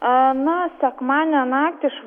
aaa na sekmadienio naktį iš